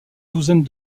douzaine